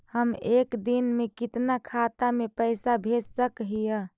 हम एक दिन में कितना खाता में पैसा भेज सक हिय?